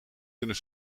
kunnen